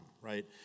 right